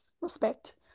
respect